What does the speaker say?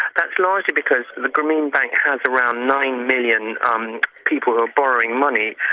ah that's largely because the grameen bank has around nine million um people ah borrowing money,